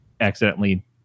accidentally